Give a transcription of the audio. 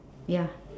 ya